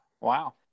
Wow